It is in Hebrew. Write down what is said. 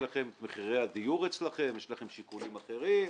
לכם את מחירי הדיור אצלכם, יש לכם שיקולים אחרים.